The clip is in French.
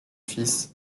fils